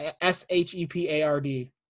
S-H-E-P-A-R-D